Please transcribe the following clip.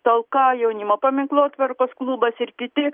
talka jaunimo paminklotvarkos klubas ir kiti